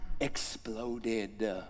exploded